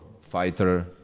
fighter